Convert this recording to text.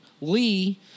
lee